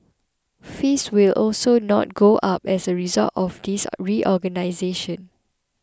fees will also not go up as a result of this are reorganisation